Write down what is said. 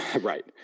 Right